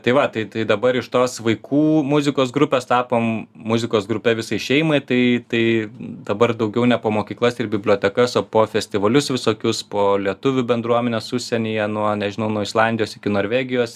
tai va tai tai dabar iš tos vaikų muzikos grupės tapom muzikos grupe visai šeimai tai tai dabar daugiau ne po mokyklas ir bibliotekas o po festivalius visokius po lietuvių bendruomens užsienyje nuo nežinau nuo islandijos iki norvegijos